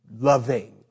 loving